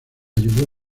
ayudó